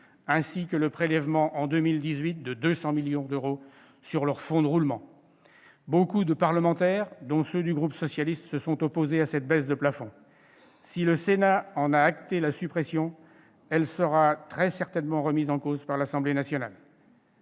ainsi que le prélèvement, en 2018, de 200 millions d'euros sur leur fonds de roulement. Beaucoup de parlementaires, dont ceux du groupe socialiste et républicain, se sont opposés à cette baisse de plafond et, si le Sénat en a acté la suppression, celle-ci sera très certainement remise en cause par l'Assemblée nationale.